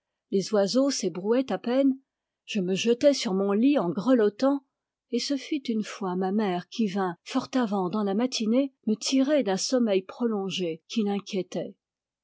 les oiseaux s'ébrouaient à peine je me jetais sur mon lit en grelottant et ce fut une fois ma mère qui vint fort avant dans la matinée me tirer d'un sommeil prolongé qui l'inquiétait